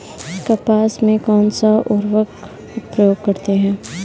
कपास में कौनसा उर्वरक प्रयोग करते हैं?